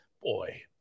boy